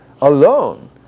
alone